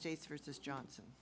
states versus johnson